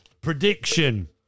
prediction